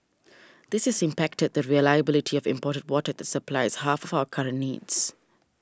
this has impacted the reliability of imported water that supplies half of our current needs